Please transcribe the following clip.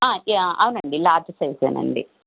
ఆ యా అవునండి large size అండి